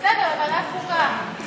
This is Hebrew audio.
בסדר, ועדת חוקה.